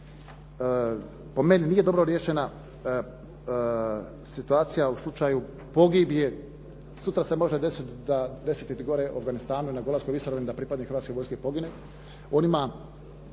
po meni nije dobro riješena situacija u slučaju pogibije, sutra se može desiti gore u Afganistanu na Golanskoj visoravni da pripadnik Hrvatske vojske pogine,